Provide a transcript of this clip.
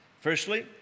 Firstly